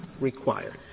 required